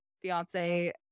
fiance